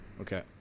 Okay